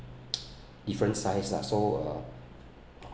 different size lah so uh